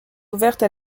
ouverte